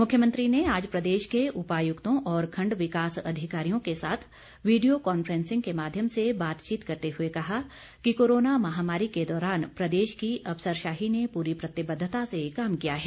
मुख्यमंत्री ने आज प्रदेश के उपायुक्तों और खंड विकास अधिकारियों के साथ वीडियो कॉन्फ्रेंसिंग के माध्यम से बातचीत करते हुए कहा कि कोरोना महामारी के दौरान प्रदेश की अफसरशाही ने पूरी प्रतिबद्धता से काम किया है